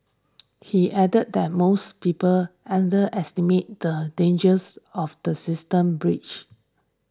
he added that most people underestimate the dangers of the systems breached